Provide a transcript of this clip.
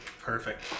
Perfect